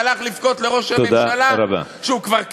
הלך לבכות לראש הממשלה שהוא כבר,